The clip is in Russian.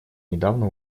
недавно